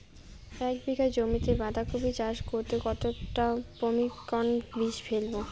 এক বিঘা জমিতে বাধাকপি চাষ করতে কতটা পপ্রীমকন বীজ ফেলবো?